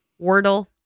Wordle